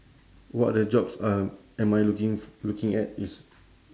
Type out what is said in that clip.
what are the jobs um am I looking f~ looking at is